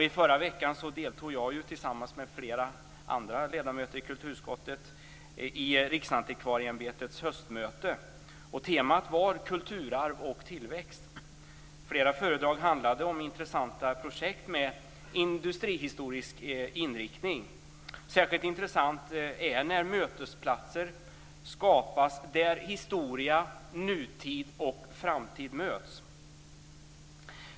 I förra veckan deltog jag tillsammans med flera andra ledamöter i kulturutskottet i Riksantikvarieämbetets höstmöte. Temat var Kulturarv och tillväxt. Flera föredrag handlade om intressanta projekt med industrihistorisk inriktning. Särskilt intressant är det när mötesplatser skapas där historia, nutid och framtid möts.